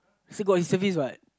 still got reservist what